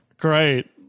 Great